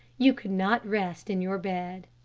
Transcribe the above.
you could not rest in your bed.